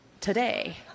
today